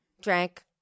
drank